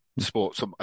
sports